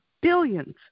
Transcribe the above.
billions